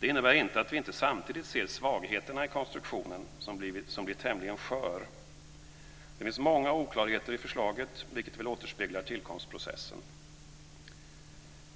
Det innebär inte att vi inte samtidigt ser svagheterna i konstruktionen, som blir tämligen skör. Det finns många oklarheter i förslaget, vilket väl återspeglar tillkomstprocessen.